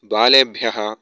बालेभ्यः